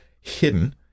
hidden